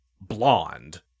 Blonde